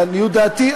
לעניות דעתי,